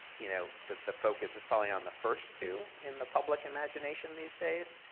you know the the focus is probably on the first two in the public imagination these days,